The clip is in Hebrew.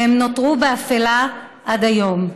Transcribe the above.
והן נותרו באפלה עד היום,